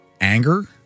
Anger